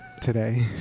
today